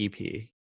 ep